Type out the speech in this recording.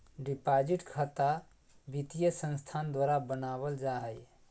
deposit खता वित्तीय संस्थान द्वारा बनावल जा हइ